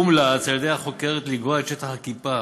הומלץ על-ידי החוקרת לגרוע את שטח הכיפה